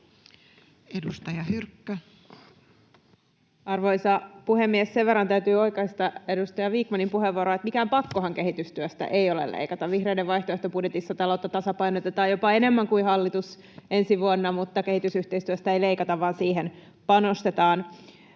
Content: Arvoisa puhemies! Sen verran täytyy oikaista edustaja Vikmanin puheenvuoroa, että mikään pakkohan kehitystyöstä ei ole leikata. Vihreiden vaihtoehtobudjetissa taloutta tasapainotetaan jopa enemmän kuin hallitus ensi vuonna, mutta kehitysyhteistyöstä ei leikata vaan siihen panostetaan.